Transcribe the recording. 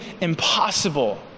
impossible